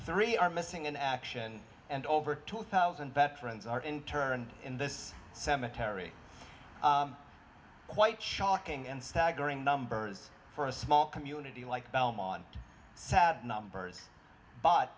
three are missing in action and over two thousand veterans are interned in this cemetery quite shocking and staggering numbers for a small community like belmont sat numbers but